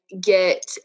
get